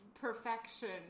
perfection